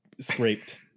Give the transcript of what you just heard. scraped